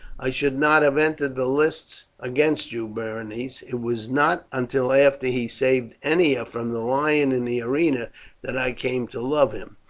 i should not have entered the lists against you, berenice. it was not until after he saved ennia from the lion in the arena that i came to love him.